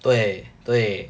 对对